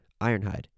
Ironhide